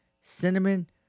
cinnamon